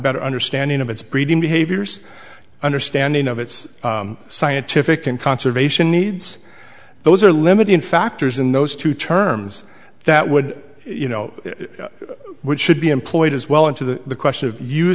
better understanding of its breeding behaviors understanding of its scientific and conservation needs those are limiting factors in those two terms that would you know which should be employed as well into the question of